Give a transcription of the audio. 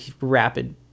rapid